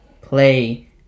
play